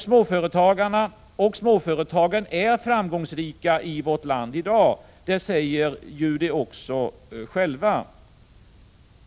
Småföretagen är framgångsrika i vårt land i dag. Det säger de ju också själva.